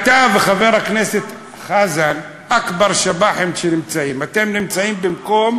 תסכימו על פנים.